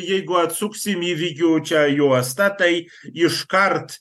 jeigu atsuksim į vijų čia juostą tai iškart